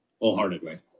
Wholeheartedly